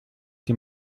die